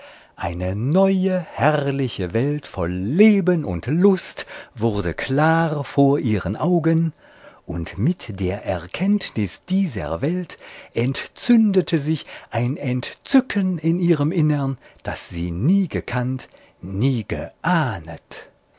eine neue herrliche welt voll leben und lust wurde klar vor ihren augen und mit der erkenntnis dieser welt entzündete sich ein entzücken in ihrem innern das sie nie gekannt nie geahnet